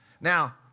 Now